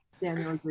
Daniel